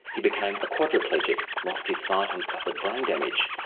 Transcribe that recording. he became a quadriplegic, lost his sight and suffered brain damage.